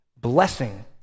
blessing